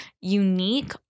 unique